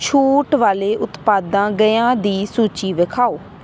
ਛੂਟ ਵਾਲੇ ਉਤਪਾਦਾਂ ਗਯਾ ਦੀ ਸੂਚੀ ਦਿਖਾਓ